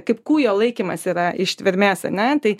kaip kūjo laikymas yra ištvermės ar ne tai